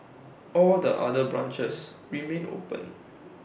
all the other branches remain open